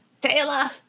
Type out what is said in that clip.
Taylor